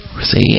See